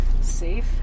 safe